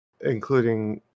including